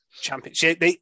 Championship